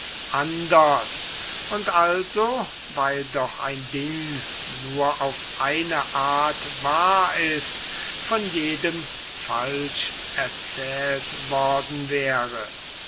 anders und also weil doch ein ding nur auf eine art wahr ist von jedem falsch erzählt worden wäre